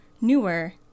newer